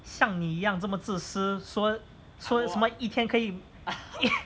像你一样这么自私说说什么一天可以